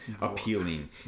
appealing